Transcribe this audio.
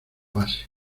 base